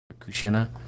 Kushina